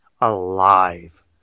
alive